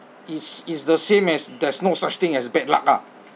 is is the same as there's no such thing as bad luck ah